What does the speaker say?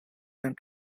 and